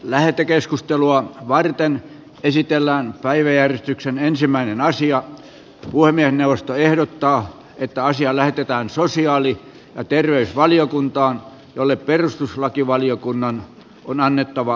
lähetekeskustelua varten esitellään päiväjärjestyksen ensimmäinen asia puhemiesneuvosto on ehdottanut että asia lähetetään sosiaali ja terveysvaliokuntaan jolle perustuslakivaliokunnan on annettava lausunto